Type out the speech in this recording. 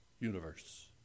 universe